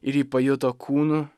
ir ji pajuto kūnu